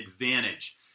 advantage